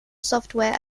software